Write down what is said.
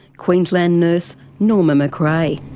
queensland nurse norma mcrae.